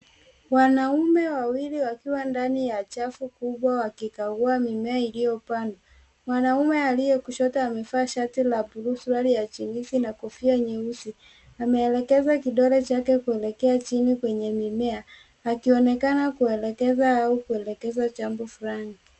Wanaume wawili wakiwa ndani ya chafu kubwa wakikagua mimea iliyopandwa. Mwanaume aliye kushoto amevaa shati la blue , suruali ya jinisi na kofia nyeusi. Ameelekeza kidole chake kuelekea chini kwenye mimea, akionekana kuelekeza au kuelekeza jambo fulani.